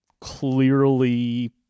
clearly